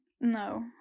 No